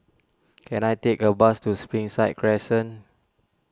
can I take a bus to Springside Crescent